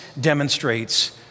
demonstrates